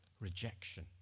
rejection